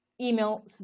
email